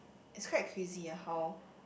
it's quite crazy ah how